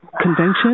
convention